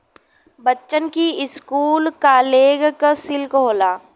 बच्चन की school college की सिल्क होला